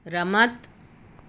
રમત